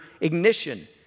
ignition